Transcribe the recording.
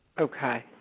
Okay